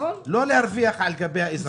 לא להרוויח על גבי האזרחים.